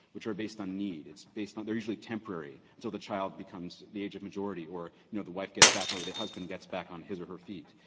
which are based on need, it's based on they're usually temporary until the child becomes the age of majority or, you know, the wife gets back or the husband gets back on his or her feet.